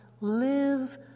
live